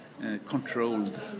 controlled